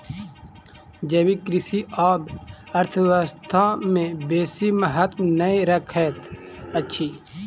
जैविक कृषि आब अर्थव्यवस्था में बेसी महत्त्व नै रखैत अछि